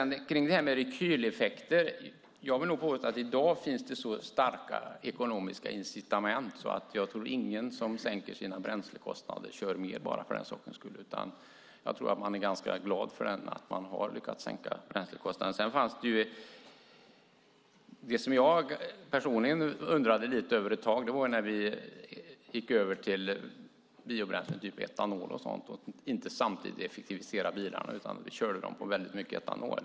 När det gäller rekyleffekter vill jag nog påstå att det i dag finns så starka ekonomiska incitament att jag inte tror att någon som sänker sina bränslekostnader kör mer bara för den sakens skull. Jag tror att man är ganska glad för att man har lyckats sänka bränslekostnaderna. Det som jag personligen undrade lite över ett tag var när vi gick över till biobränslen, exempelvis etanol, och inte samtidigt effektiviserade bilarna utan körde dem på väldigt mycket etanol.